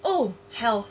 oh health